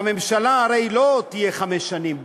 והממשלה הרי לא תהיה חמש שנים,